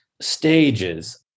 stages